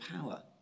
power